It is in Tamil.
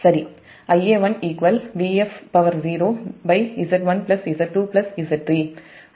இது ஒரு சமமான சுற்று சரி